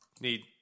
need